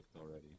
already